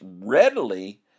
readily